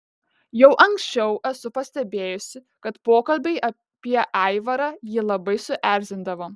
jau anksčiau esu pastebėjusi kad pokalbiai apie aivarą jį labai suerzindavo